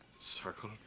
Circle